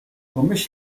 pomyś